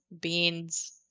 beans